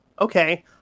okay